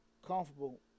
comfortable